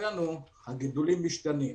אצלנו הגידולים משתנים.